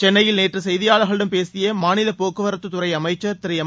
சென்னையில் நேற்று செய்தியாளர்களிடம் பேசிய மாநில போக்குவரத்துத் துறை அமைச்சர் திரு எம்